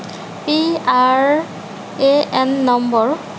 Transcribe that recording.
PRAN number